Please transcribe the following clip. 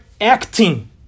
acting